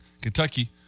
Kentucky